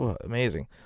amazing